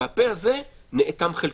והפה הזה נאטם חלקית.